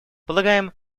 полагаем